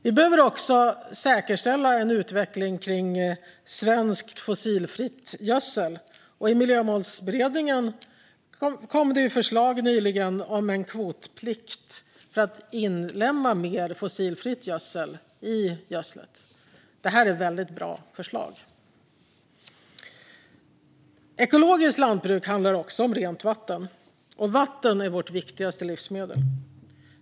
Vi behöver också säkerställa en utveckling kring svensk fossilfri gödsel, och i Miljömålsberedningen kom det nyligen förslag om en kvotplikt för att inlemma mer fossilfri gödsel i gödseln. Det här är väldigt bra förslag! Ekologiskt lantbruk handlar också om rent vatten. Vatten är vårt viktigaste livsmedel.